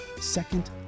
Second